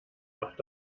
macht